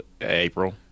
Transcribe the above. April